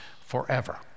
forever